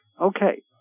Okay